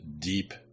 deep